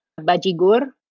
bajigur